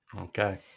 Okay